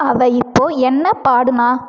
அவள் இப்போ என்ன பாடினா